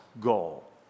goal